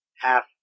half